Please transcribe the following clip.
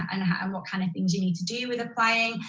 and um what kind of things you need to do with applying,